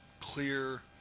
clear